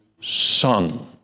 Son